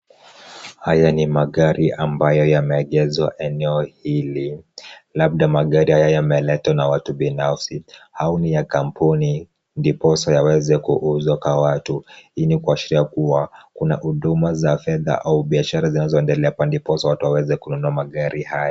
Haya ni magari ambayo yameegezwa eneo hili labda magari yameletwa na watu binafsi au ni ya kampuni ndiposa yaweze kuuzwa kwa watu hii ni kuashiria kuwa kuna huduma za fedha au biashara zinazoendelea ndiposa watu waweze kununua magari haya.